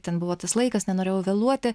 ten buvo tas laikas nenorėjau vėluoti